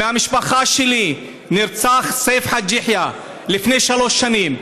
מהמשפחה שלי נרצח סייף חאג' יחיא לפני שלוש שנים.